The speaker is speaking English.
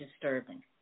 disturbing